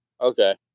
Okay